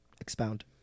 Expound